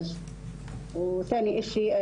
עוד שתי נקודות